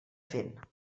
fent